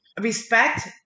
respect